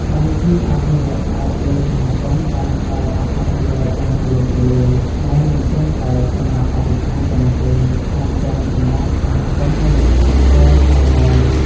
កម្មវិធីអភិរក្សផ្អែកលើសហគមន៍បានផ្ដល់អត្ថប្រយោជន៍យ៉ាងទូលំទូលាយ ដែលមិនត្រឹមតែសម្រាប់បរិស្ថានប៉ុណ្ណោះទេ ថែមទាំងសម្រាប់សហគមន៍មូលដ្ឋានផ្ទាល់ផងដែរ។